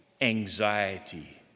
anxiety